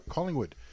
Collingwood